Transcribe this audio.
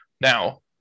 now